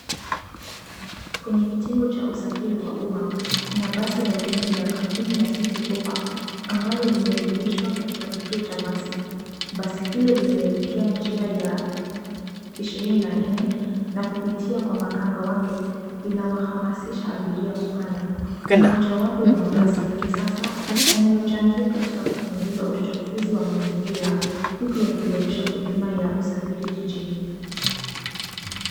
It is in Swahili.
Kwenye kitengo cha usafiri wa umma, kuna basi la umeme la kampuni ya city hoppa ambalo limeegshwa katika kituo cha basi. Basi hili linaelekea njia ya 24 na kupitia kwa makanga wake, linawahamasisha abiria kupanda. Ni mojawapo ya mabasi ya kisasa yanayochangika katika kupunguza uchafuzi wa mazingira huku yakiboresha huduma ya usafiri jijini.